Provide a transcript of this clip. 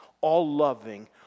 all-loving